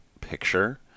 picture